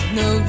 no